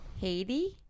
Haiti